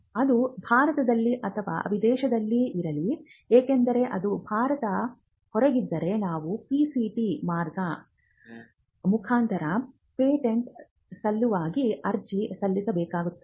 ಅದು ಭಾರತದಲ್ಲಿ ಅಥವಾ ವಿದೇಶದಲ್ಲಿ ಇರಲಿ ಏಕೆಂದರೆ ಅದು ಭಾರತದ ಹೊರಗಿದ್ದರೆ ನಾವು PCT ಮಾರ್ಗ ಮಾರ್ಗದ ಮುಖಾಂತರ ಪೇಟೆಂಟ ಸಲುವಾಗಿ ಅರ್ಜಿ ಸಲ್ಲಿಸಬೇಕಾಗುತ್ತದೆ